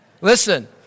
Listen